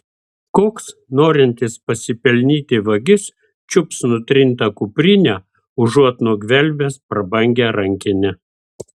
koks norintis pasipelnyti vagis čiups nutrintą kuprinę užuot nugvelbęs prabangią rankinę